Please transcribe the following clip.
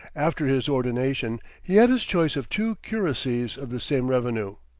after his ordination, he had his choice of two curacies of the same revenue,